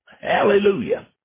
Hallelujah